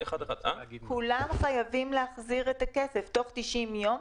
כולם חייבים להחזיר את הכסף תוך 90 יום.